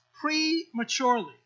prematurely